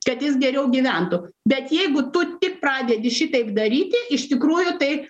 kad jis geriau gyventų bet jeigu tu tik pradedi šitaip daryti iš tikrųjų tai